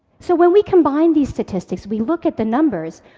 so when we combine these statistics, we look at the numbers.